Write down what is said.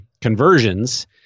conversions